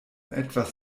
etwas